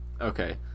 Okay